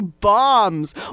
bombs